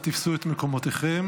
אנא תפסו את מקומותיכם.